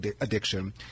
addiction